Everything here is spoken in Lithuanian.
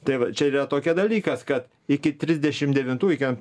tai va čia yra tokia dalykas kad iki trisdešimt devintųjų iki